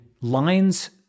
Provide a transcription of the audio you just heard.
lines